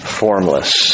formless